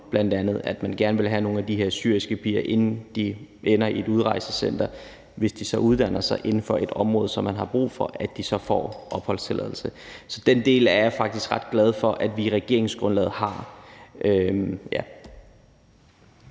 bl.a. skriver, at vi gerne vil have fat i nogle af de her syriske piger, inden de ender på et udrejsecenter; hvis de så uddanner sig inden for et område, som man har brug for, så får de opholdstilladelse. Så den del er jeg faktisk ret glad for vi har i regeringsgrundlaget.